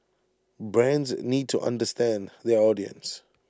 brands need to understand their audience